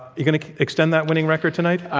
you're going to extend that winning record tonight?